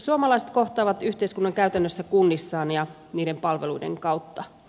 suomalaiset kohtaavat yhteiskunnan käytännössä kunnissaan ja niiden palveluiden kautta